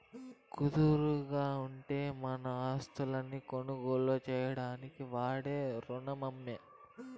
కుదవంటేనే మన ఆస్తుల్ని కొనుగోలు చేసేదానికి వాడే రునమమ్మో